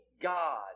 God